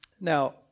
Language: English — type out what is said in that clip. Now